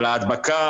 אבל ההדבקה